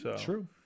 True